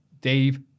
Dave